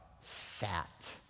sat